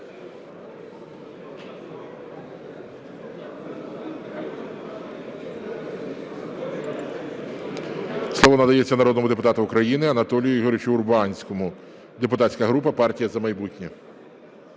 Слово надається народному депутату України Анатолію Ігоровичу Урбанському, депутатська група "Партія "За майбутнє".